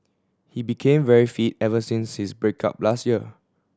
he became very fit ever since his break up last year